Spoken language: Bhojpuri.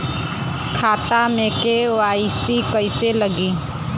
खाता में के.वाइ.सी कइसे लगी?